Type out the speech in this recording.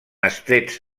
estrets